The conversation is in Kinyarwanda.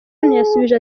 yasubije